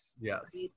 Yes